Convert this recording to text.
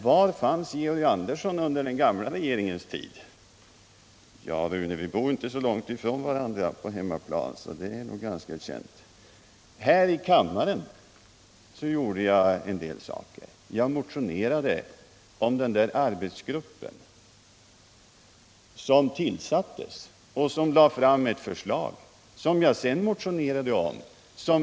Det borde vara ganska känt för Rune Ångström var jag fanns; vi bor ju inte så långt ifrån varandra på hemmaplan. Också här i kammaren uträttade jag en del saker. Jag motionerade t.ex. om den arbetsgrupp vi talat om. Den arbetsgruppen tillsattes, och den lade fram ett förslag som jag sedan motionerade om.